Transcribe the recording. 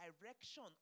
direction